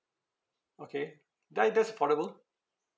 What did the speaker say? okay tha~ that's affordable